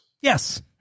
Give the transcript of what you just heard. Yes